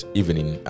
evening